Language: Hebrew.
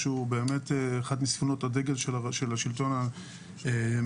שהוא באמת אחת מספינות הדגל של השלטון הציבורי?